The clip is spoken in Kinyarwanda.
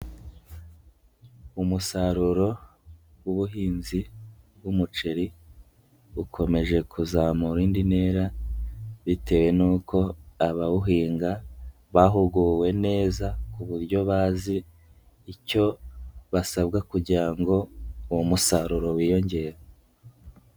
uUusaruro w'ubuhinzi bw'umuceri bukomeje kuzamura indi ntera bitewe n'uko abawuhinga, bahuguwe neza ku buryo bazi icyo basabwa kugira ngo uwo musaruro wiyongere.